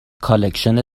کالکشن